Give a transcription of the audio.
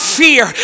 fear